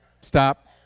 Stop